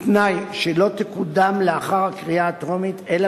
בתנאי שלא תקודם לאחר הקריאה הטרומית אלא